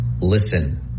listen